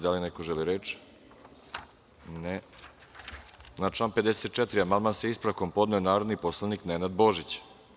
Da li neko želi reč? (Ne.) Na član 54. amandman, sa ispravkom, podneo je narodni poslanik Nenad Božić.